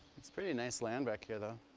pretty nice land back here though.